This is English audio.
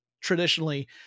traditionally